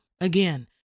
Again